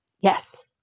yes